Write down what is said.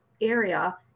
area